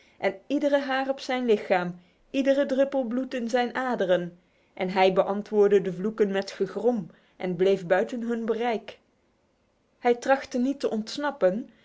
en iedere haar op zijn lichaam iedere droppel bloed in zijn aderen en hij beantwoordde de vloeken met gegrom en bleef buiten hun bereik hij trachtte niet te ontsnappen